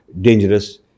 dangerous